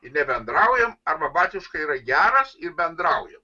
ir nebendraujam arba batiuška yra geras ir bendraujam